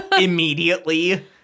immediately